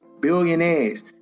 Billionaires